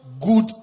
good